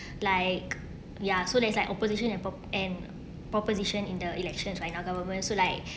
like ya so there's like opposition and prop~ and proposition in the elections in our governments so like